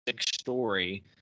story